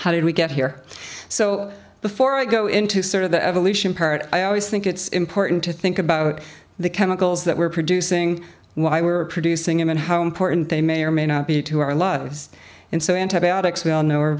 how did we get here so before i go into sort of the evolution part i always think it's important to think about the chemicals that we're producing why we're producing them and how important they may or may not be to our lives and so antibiotics we all know are